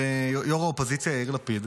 ראש האופוזיציה יאיר לפיד,